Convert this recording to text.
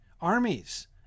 armies